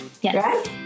Yes